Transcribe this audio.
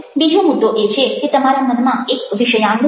બીજો મુદ્દો એ છે કે તમારા મનમાં એક વિષયાંગ છે